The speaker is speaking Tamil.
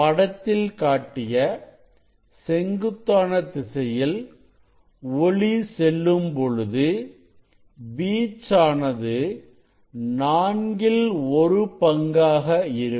படத்தில் காட்டிய செங்குத்தான திசையில் ஒளி செல்லும் பொழுது வீச்சானது நான்கில் ஒரு பங்காக இருக்கும்